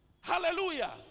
Hallelujah